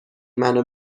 منو